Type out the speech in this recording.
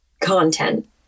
content